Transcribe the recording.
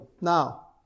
Now